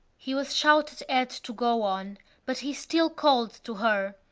he was shouted at to go on but he still called to her.